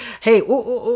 Hey